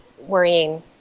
worrying